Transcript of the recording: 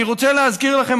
אני רוצה להזכיר לכם,